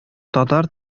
татар